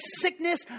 sickness